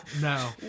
no